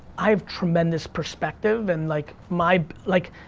i have tremendous perspective and like, my, like,